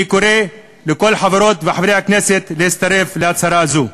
אני קורא לכל חברות וחברי הכנסת להצטרף להצהרה זו.